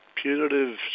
punitive